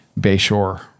Bayshore